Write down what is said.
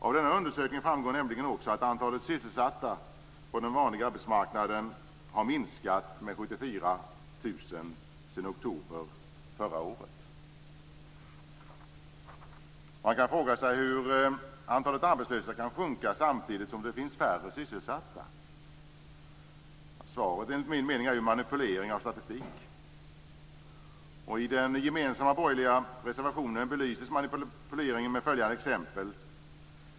Av denna undersökning framgår nämligen också att antalet sysselsatta på den vanliga arbetsmarknaden har minskat med 74 000 Man kan fråga sig hur antalet arbetslösa kan sjunka samtidigt som det finns färre sysselsatta. Svaret är, enligt min mening, manipulering av statistik. I den gemensamma borgerliga reservationen belyses manipuleringen med följande exempel.